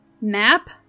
map